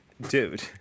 dude